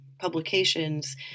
publications